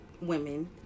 women